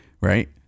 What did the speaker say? right